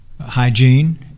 hygiene